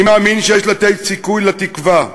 אני מאמין שיש לתת סיכוי לתקווה,